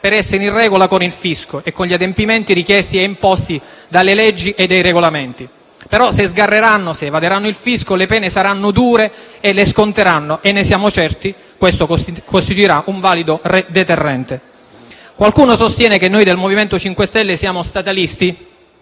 per essere in regola con il fisco e con gli adempimenti richiesti e imposti dalle leggi e dai regolamenti. Però, se sgarreranno o evaderanno il fisco, le pene saranno dure e le sconteranno e - ne siamo certi - questo costituirà un valido deterrente. Qualcuno sostiene che noi del MoVimento 5 Stelle siamo statalisti,